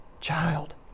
child